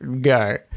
go